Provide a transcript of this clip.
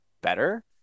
better